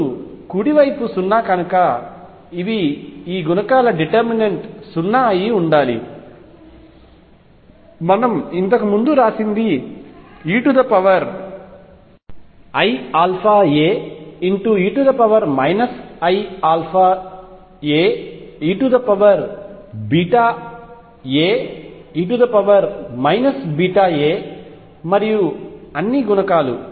ఇప్పుడు కుడి వైపు 0 కనుక ఇవి ఈ గుణకాల డిటర్మినెంట్ 0 అయి ఉండాలి మనం ఇంతకు ముందు వ్రాసినది eiαa e iαa eβa e βa మరియు అన్ని గుణకాలు